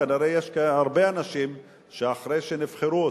כנראה יש הרבה אנשים שאחרי שנבחרו,